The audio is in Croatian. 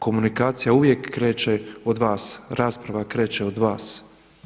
Komunikacija uvijek kreće od vas, rasprava kreće od vas.